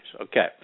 Okay